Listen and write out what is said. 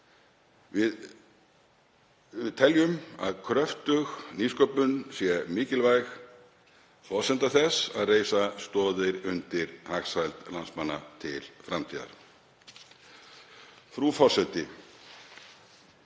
Við teljum að kröftug nýsköpun sé mikilvæg forsenda þess að reisa stoðir undir hagsæld landsmanna til framtíðar. Frú forseti.